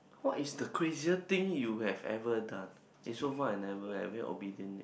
what is the crazier thing you have ever done eh so far I never eh very obedient leh